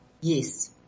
Yes